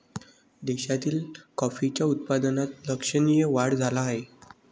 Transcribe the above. देशातील कॉफीच्या उत्पादनात लक्षणीय वाढ झाला आहे